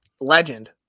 legend